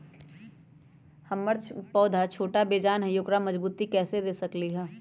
हमर पौधा छोटा बेजान हई उकरा मजबूती कैसे दे सकली ह?